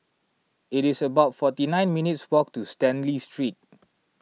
it's about forty nine minutes' walk to Stanley Street